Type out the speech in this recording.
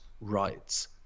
rights